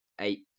eight